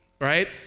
right